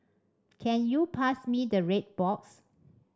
can you pass me the red box